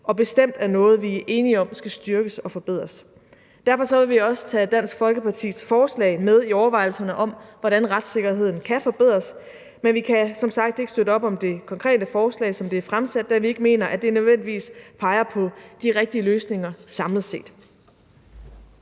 og bestemt er noget, vi er enige om skal styrkes og forbedres. Derfor vil vi også tage Dansk Folkepartis forslag med i overvejelserne om, hvordan retssikkerheden kan forbedres, men vi kan som sagt ikke støtte op om det konkrete forslag, som det er fremsat, da vi ikke mener, at det nødvendigvis peger på de rigtige løsninger samlet set.